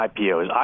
IPOs